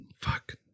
Fuck